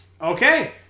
Okay